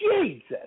Jesus